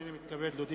הנני מתכבד להודיע,